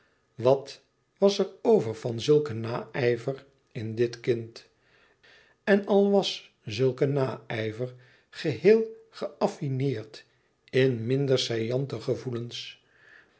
wat was er over van zulken naijver in dit kind en al was zulke naijver geheel geaffineerd in minder saillante gevoelens